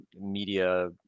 media